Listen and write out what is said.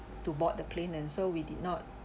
to board the plane and so we did not